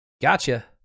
Gotcha